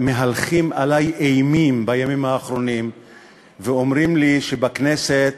מהלכים עלי אימים בימים האחרונים ואומרים לי שבכנסת